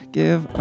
give